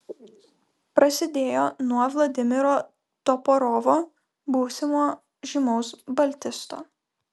prasidėjo nuo vladimiro toporovo būsimo žymaus baltisto